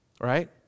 right